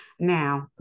Now